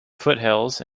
foothills